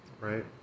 right